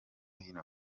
hino